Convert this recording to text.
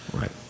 Right